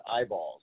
eyeballs